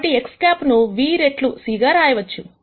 కాబట్టి X̂ ను v రెట్లు c గా రాయవచ్చు